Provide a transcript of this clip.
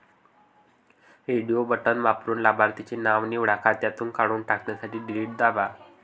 radio button वापरून लाभार्थीचे नाव निवडा, खात्यातून काढून टाकण्यासाठी डिलीट दाबा